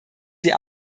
sie